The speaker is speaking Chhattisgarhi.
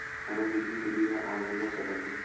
हमर बिजली के बिल ह ऑनलाइन हो सकत हे?